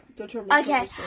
Okay